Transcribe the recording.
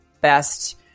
best